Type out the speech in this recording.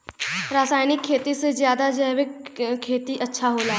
रासायनिक खेती से ज्यादा जैविक खेती अच्छा होला